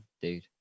dude